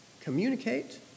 communicate